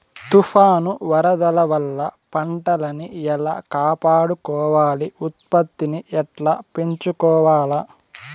తుఫాను, వరదల వల్ల పంటలని ఎలా కాపాడుకోవాలి, ఉత్పత్తిని ఎట్లా పెంచుకోవాల?